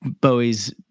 Bowie's